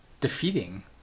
defeating